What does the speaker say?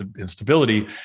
instability